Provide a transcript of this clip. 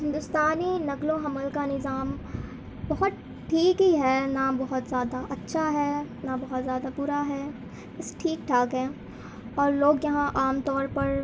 ہندوستانی نقل و حمل کا نظام بہت ٹھیک ہی ہے نہ بہت زیادہ اچھا ہے نہ بہت زیادہ برا ہے بس ٹھیک ٹھاک ہے اور لوگ یہاں عام طور پر